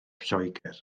lloegr